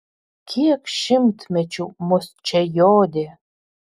kiek šimtmečių mus čia jodė